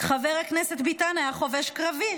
חבר הכנסת ביטן היה חובש קרבי,